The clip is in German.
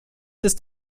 ist